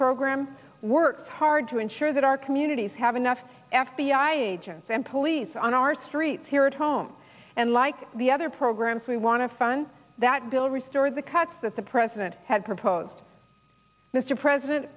program work hard to ensure that our communities have enough f b i agents and police on our streets here at home and like the other programs we want to fund that bill restore the cuts that the president had proposed mr president